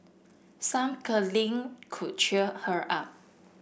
some cuddling could cheer her up